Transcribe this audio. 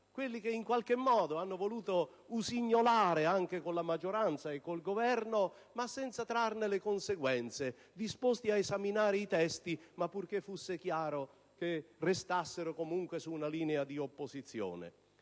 quelle che in qualche modo hanno voluto usignolare anche con la maggioranza e con il Governo, ma senza trarne le conseguenze, disposti ad esaminare i testi purché fosse chiaro che restavano comunque su una linea di opposizione.